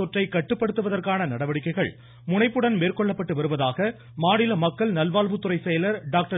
தொற்றை கட்டுப்படுத்துவதற்கான நடவடிக்கைகள் முனைப்புடன் மேற்கொள்ளப்பட்டு வருவதாக மாநில மக்கள் நல்வாழ்வுத் துறை செயலர் டாக்டர்